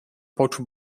poczuł